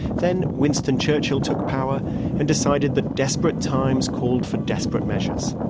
then winston churchill took power and decided that desperate times called for desperate measures.